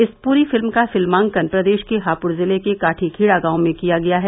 इस पूरी फ़िल्म का फ़िल्मांकन प्रदेश के हापुड़ ज़िले के काठीखेड़ा गांव में किया गया है